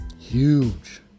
huge